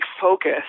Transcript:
focus